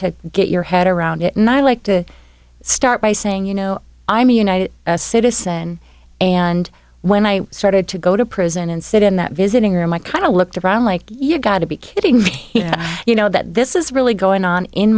to get your head around it and i like to start by saying you know i'm united a citizen and when i started to go to prison and sit in that visiting room i kind of looked around like you've got to be kidding me you know that this is really going on in